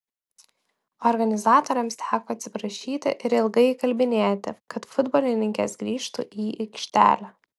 organizatoriams teko atsiprašyti ir ilgai įkalbinėti kad futbolininkės grįžtų į aikštelę